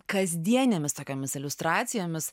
kasdienėmis tokiomis iliustracijomis